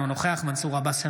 אינו נוכח מנסור עבאס,